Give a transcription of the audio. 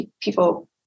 people